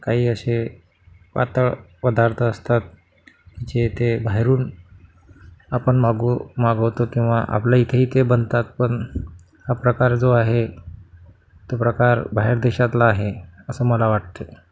काही असे पातळ पदार्थ असतात जे ते बाहेरून आपण मागवू मागवतो किंवा आपल्या इथं ते बनतात पण हा प्रकार जो आहे तो प्रकार बाहेर देशातला आहे असं मला वाटते